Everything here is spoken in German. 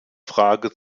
frage